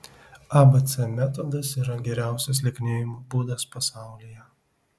abc metodas yra geriausias lieknėjimo būdas pasaulyje